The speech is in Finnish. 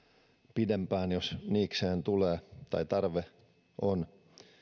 pidempään jos niikseen tulee tai tarve on